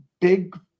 big